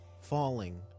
falling